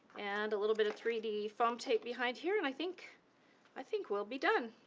and a little bit of three d foam tape behind here. and i think i think we'll be done.